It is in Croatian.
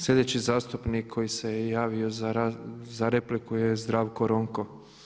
Slijedeći zastupnik koji se je javio za repliku je Zdravko Ronko.